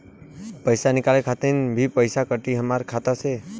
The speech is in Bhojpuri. पईसा निकाले खातिर भी पईसा कटी हमरा खाता से?